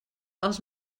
els